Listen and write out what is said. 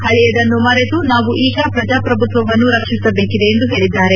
ಪಳೆಯದನ್ನು ಮರೆತು ನಾವು ಈಗ ಪ್ರಜಾಪ್ರಭುತ್ವವನ್ನು ರಕ್ಷಿಸಬೇಕಿದೆ ಎಂದು ಹೇಳಿದ್ದಾರೆ